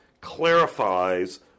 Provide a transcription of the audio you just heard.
clarifies